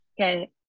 Okay